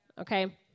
okay